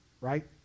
right